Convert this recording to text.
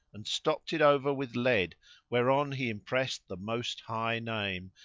and stopped it over with lead whereon he impressed the most high name,